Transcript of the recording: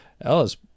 Ellis